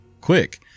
quick